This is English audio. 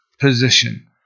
position